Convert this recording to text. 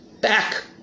back